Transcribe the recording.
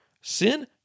sin